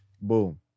Boom